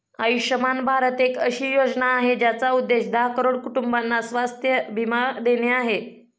आयुष्यमान भारत एक अशी योजना आहे, ज्याचा उद्देश दहा करोड कुटुंबांना स्वास्थ्य बीमा देणे आहे